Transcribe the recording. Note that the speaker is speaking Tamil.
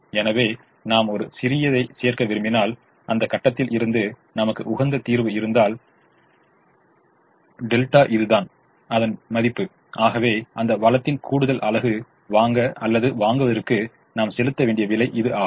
எனவே நாம் ஒரு சிறியதைச் சேர்க்க விரும்பினால் அந்தக் கட்டத்தில் இருந்து நமக்கு உகந்த தீர்வு இருந்தால் a இதுதான் δ அதன் மதிப்பு ஆகவே அந்த வளத்தின் கூடுதல் அலகு வாங்க அல்லது வாங்குவதற்கு நாம் செலுத்த வேண்டிய விலை இது ஆகும்